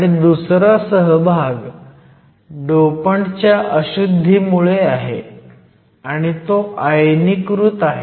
आणि दुसरा सहभाग डोपंटच्या अशुध्दी मुळे आहे आणि तो आयनीकृत आहे